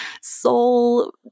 soul